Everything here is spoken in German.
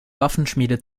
waffenschmiede